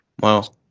Wow